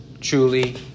truly